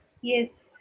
Yes